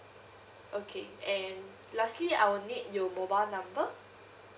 okay and lastly I will need your mobile number